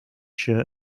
shirt